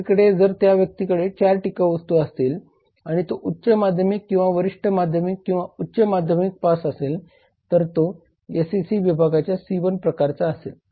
दुसरीकडे जर त्या व्यक्तीकडे 4 टिकाऊ वस्तू असतील आणि तो उच्च माध्यमिक किंवा वरिष्ठ माध्यमिक किंवा उच्च माध्यमिक पास असेल तर तो SEC विभागाच्या C1 प्रकारचा असेल